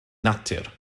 natur